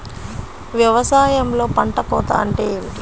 వ్యవసాయంలో పంట కోత అంటే ఏమిటి?